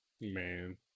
Man